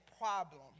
problem